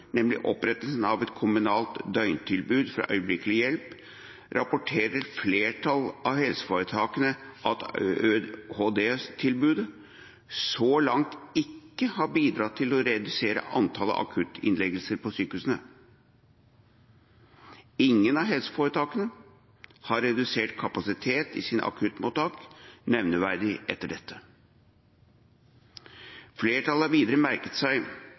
nemlig opprettelse av et kommunalt døgntilbud for øyeblikkelig hjelp, at et flertall av helseforetakene rapporterer at ØHD-tilbudet så langt ikke har bidratt til å redusere antallet akuttinnleggelser på sykehusene. Ingen av helseforetakene har redusert kapasiteten i sine akuttmottak nevneverdig etter dette. Flertallet har videre merket seg